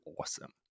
awesome